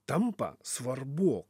tampa svarbu